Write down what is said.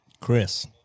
Chris